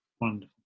Wonderful